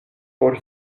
por